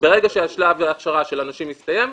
ברגע ששלב ההכשרה של האנשים יסתיים,